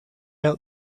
out